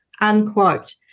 unquote